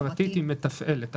החברה הפרטית היא מתפעלת.